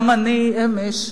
גם אני, אמש,